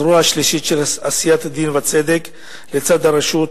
הזרוע השלישית של עשיית הדין והצדק לצד הרשות